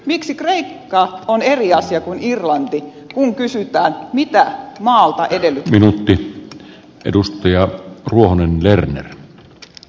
miksi kreikka on eri asia kuin irlanti kun kysytään mitä maalta edellytetään